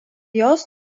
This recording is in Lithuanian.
jos